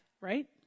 right